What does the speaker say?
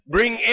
Bring